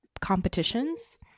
competitions